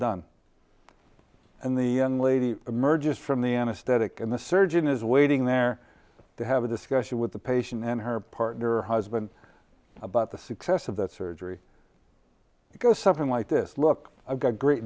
done and the lady emerges from the anaesthetic and the surgeon is waiting there to have a discussion with the patient and her partner husband about the success of that surgery because something like this look i've got a great